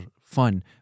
fun